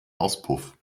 auspuff